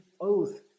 oath